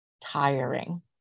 tiring